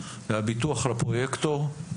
זה הביטוח על הפרויקטור,